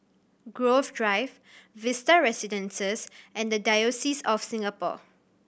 Grove Drive Vista Residences and The Diocese of Singapore